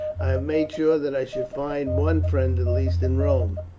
made sure that i should find one friend at least in rome.